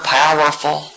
powerful